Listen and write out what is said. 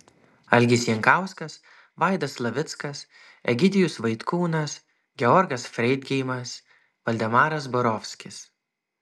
algis jankauskas vaidas slavickas egidijus vaitkūnas georgas freidgeimas valdemaras borovskis